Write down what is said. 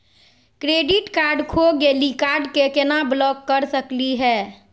Credit card खो गैली, card क केना ब्लॉक कर सकली हे?